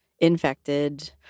infected